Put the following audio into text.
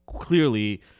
clearly